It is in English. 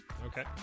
Okay